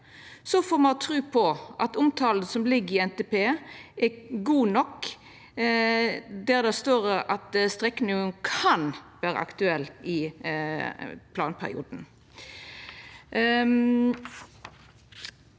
Me får ha tru på at omtalen som ligg i NTP, er god nok, der det står at strek ninga kan vera aktuell i planperioden.